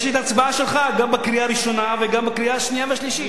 יש לי ההצבעה שלך גם בקריאה הראשונה וגם בקריאה השנייה והשלישית.